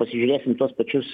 pasižiūrėsim į tuos pačius